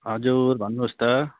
हजुर भन्नुहोस् त